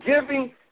giving